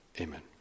Amen